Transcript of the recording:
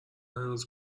هنوز